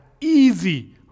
easy